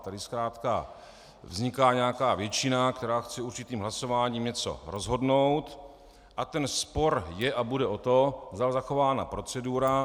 Tady zkrátka vzniká nějaká většina, která chce určitým hlasováním něco rozhodnout, a ten spor je a bude o to, zda byla zachována procedura.